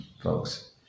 folks